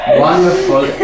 wonderful